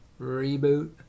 reboot